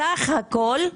בסך הכול,